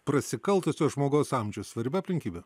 prasikaltusio žmogaus amžius svarbi aplinkybė